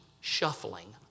shuffling